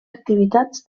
activitats